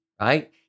right